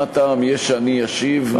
מה טעם יש שאני אשיב כשאי-אפשר לשמוע כלום?